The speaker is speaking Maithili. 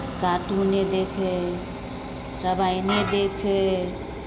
तऽ कार्टूने देखै हइ रामायणे देखै हइ